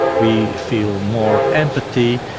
we feel more empathy,